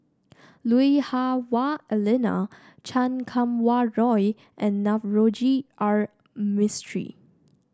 Lui Hah Wah Elena Chan Kum Wah Roy and Navroji R Mistri